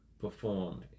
performed